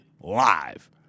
live